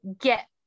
get